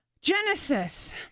Genesis